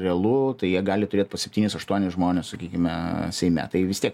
realu tai jie gali turėt po septynis aštuonis žmones sakykime seime tai vis tiek